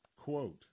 Quote